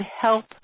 help